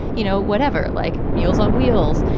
you know, whatever, like meals on wheels.